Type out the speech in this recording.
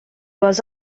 was